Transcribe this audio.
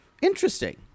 Interesting